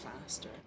faster